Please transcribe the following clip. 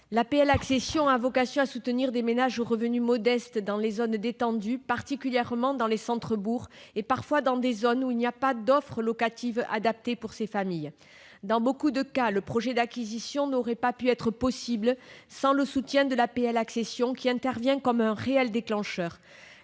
L'APL accession a vocation à soutenir des ménages aux revenus modestes dans les zones détendues, particulièrement dans les centres-bourgs, et parfois dans des zones où il n'y a pas d'offre locative adaptée pour ces familles. Dans nombre de cas, le projet d'acquisition n'aurait pas pu être possible sans le soutien de l'APL accession, qui intervient comme un réel déclencheur.